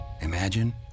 imagine